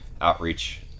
outreach